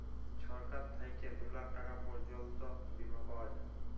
ছরকার থ্যাইকে দু লাখ টাকা পর্যল্ত বীমা পাউয়া যায়